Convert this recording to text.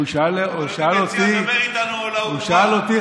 הוא שאל אותי,